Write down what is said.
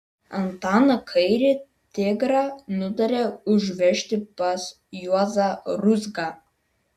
antaną kairį tigrą nutarė užvežti pas juozą ruzgą